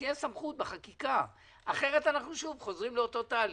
אז תהיה סמכות בחקיקה כי אחרת אנחנו חוזרים לאותו תהליך,